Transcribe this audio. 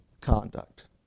conduct